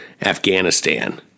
Afghanistan